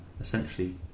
essentially